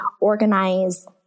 organize